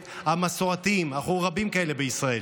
הזיה.